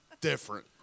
different